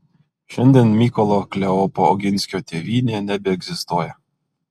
šiandien mykolo kleopo oginskio tėvynė nebeegzistuoja